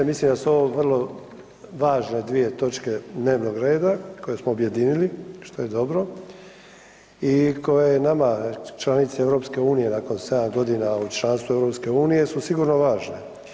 Mislim da su ovo vrlo važne dvije točke dnevnog reda koje smo objedinili, što je dobro i koje je nama članici EU nakon 7.g. od članstva EU su sigurno važne.